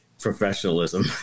professionalism